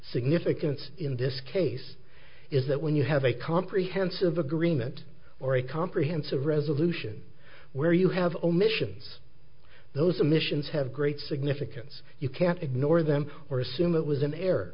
significance in this case is that when you have a comprehensive agreement or a comprehensive resolution where you have omissions those commissions have great significance you can't ignore them or assume it was an